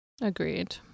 Agreed